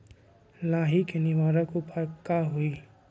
लाही के निवारक उपाय का होई?